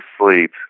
sleep